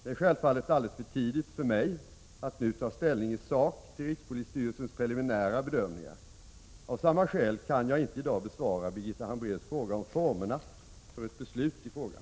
Det är självfallet alldeles för tidigt för mig att nu ta ställning i sak till rikspolisstyrelsens preliminära bedömningar. Av samma skäl kan jag inte i dag besvara Birgitta Hambraeus fråga om formerna för ett beslut i frågan.